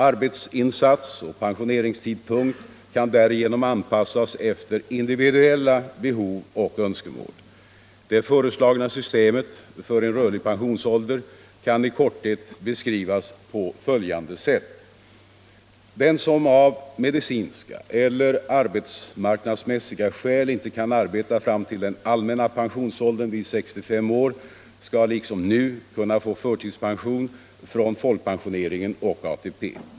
Arbetsinsats och pensioneringstidpunkt kan därigenom anpassas efter individuella behov och önskemål. Det föreslagna systemet för en rörlig pensionsålder kan i korthet beskrivas på följande sätt: Den som av medicinska eller arbetsmarknadsmässiga skäl inte kan arbeta fram till den allmänna pensionsåldern vid 65 år skall liksom nu kunna få förtidspension från folkpensioneringen och ATP.